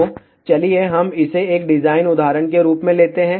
तो चलिए हम इसे एक डिज़ाइन उदाहरण के रूप में लेते हैं